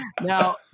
Now